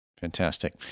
Fantastic